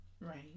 right